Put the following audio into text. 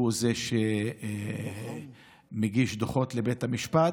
הוא זה שמגיש דוחות לבית המשפט,